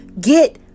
get